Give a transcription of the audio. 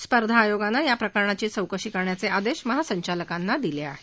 स्पर्धा आयोगानं या प्रकरणाची चौकशी करण्याचे आदेश महासंचालकांना दिले आहेत